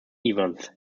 evans